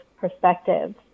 perspectives